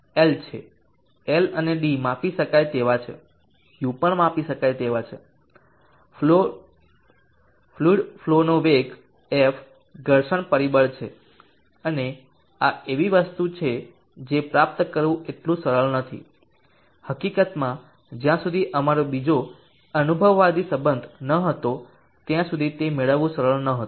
L છે L અને d માપી શકાય તેવું છે u પણ માપી શકાય તેવું છે ફ્લુઈડ ફલો નો વેગ f ઘર્ષણ પરિબળ છે અને આ એવી વસ્તુ છે જે પ્રાપ્ત કરવું એટલું સરળ નથી હકીકતમાં જ્યાં સુધી અમારો બીજો અનુભવવાદી સંબંધ ન હતો ત્યાં સુધી તે મેળવવું સરળ નહોતું